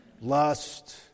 lust